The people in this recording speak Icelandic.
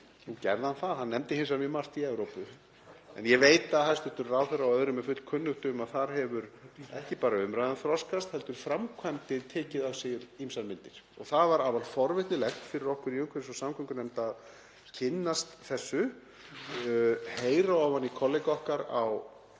Nú, gerði hann það? Hann nefndi hins vegar mjög margt í Evrópu. En ég veit að hæstv. ráðherra og öðrum er fullkunnugt um að þar hefur ekki bara umræðan þroskast heldur framkvæmdir tekið á sig ýmsar myndir. Það var afar forvitnilegt fyrir okkur í umhverfis- og samgöngunefnd að kynnast þessu, heyra ofan í kollega okkar á